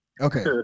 Okay